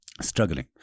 struggling